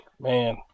Man